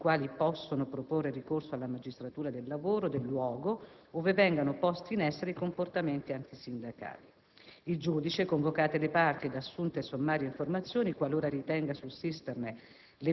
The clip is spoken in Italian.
i quali possono proporre ricorso alla magistratura del lavoro del luogo ove vengano posti in essere i comportamenti antisindacali. Il giudice, convocate le parti ed assunte sommarie informazioni, qualora ritenga sussistente